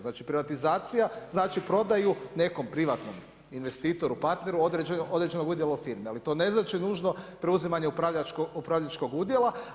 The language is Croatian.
Znači privatizacija znači prodaju nekom privatnom investitoru, partneru određenog udjela u firmi ali to ne znači nužno preuzimanje upravljačkog udjela.